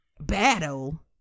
battle